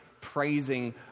praising